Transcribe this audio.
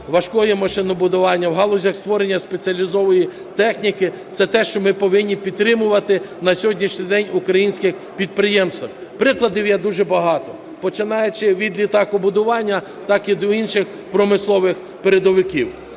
важкого машинобудування в галузях створення спеціалізованої техніки – це те, що ми повинні підтримувати на сьогоднішній день українські підприємства. Прикладів є дуже багато, починаючи від літакобудування так і до інших промислових передовиків.